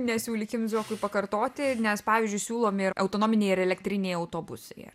nesiūlykim zuokui pakartoti nes pavyzdžiui siūlomi ir autonominiai ir elektriniai autobusai